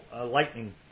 lightning